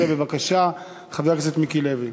13. בבקשה, חבר הכנסת מיקי לוי.